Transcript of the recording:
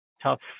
tough